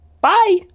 bye